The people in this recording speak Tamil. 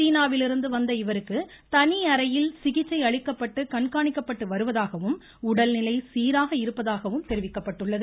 சீனாவிலிருந்து வந்த இவருக்கு தனி அறையில் சிகிச்சை அளிக்கப்பட்டு கண்காணிக்கப்பட்டு வருவதாகவும் உடல்நிலை சீராக இருப்பதாகவும் தெரிவிக்கப்பட்டுள்ளது